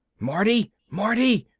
marty? marty?